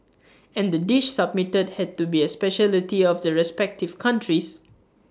and the dish submitted had to be A speciality of the respective countries